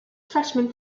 freshmen